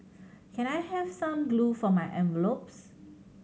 can I have some glue for my envelopes